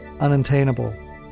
unattainable